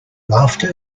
laughter